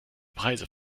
preise